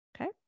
okay